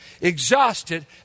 exhausted